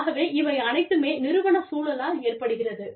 ஆகவே இவை அனைத்துமே நிறுவன சூழலால் ஏற்படுகிறது